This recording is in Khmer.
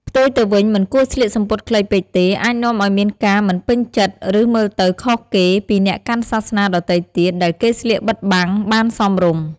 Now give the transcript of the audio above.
ផ្ទុយទៅវិញមិនគួរស្លៀកសំពត់ខ្លីពេកទេ អាចនាំឱ្យមានការមិនពេញចិត្តឫមើលទៅខុសគេពីអ្នកកាន់សាសនាដទែទៀត ដែលគេស្លៀកបិទបាំងបានសមរម្យ។